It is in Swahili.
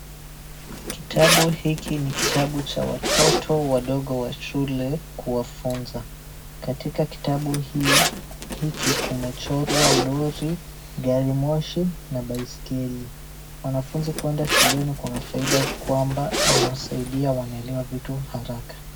Kitabu hiki ni kitabu cha watoto wadogo wa shule kuwafunza. Katika kitabu hiki kumechorwa lori, gari moshi na baiskeli. Wanafuzi kueda shuleni kuna faida kwamba inawasaidia wanaelewa vitu haraka.